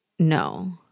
No